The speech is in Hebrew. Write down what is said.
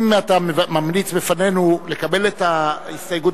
אם אתה ממליץ בפנינו לקבל את ההסתייגות,